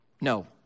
No